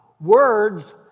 words